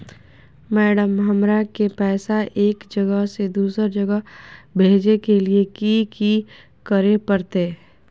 Madam, हमरा के पैसा एक जगह से दुसर जगह भेजे के लिए की की करे परते?